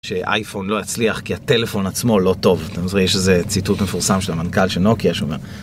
שאייפון לא יצליח כי הטלפון עצמו לא טוב, אתם רואים שזה ציטוט מפורסם של המנכ"ל של נוקיה שאומר...